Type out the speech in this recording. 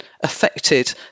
affected